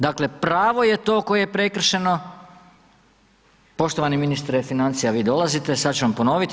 Dakle, pravo je to koje je prekršeno, poštovani ministre financija vi dolazite, sad ću vam ponoviti.